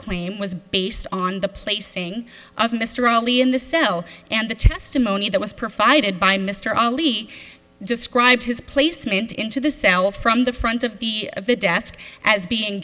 claim was based on the placing of mr rowley in the cell and the testimony that was provided by mr ali described his placement into the cell from the front of the of the desk as being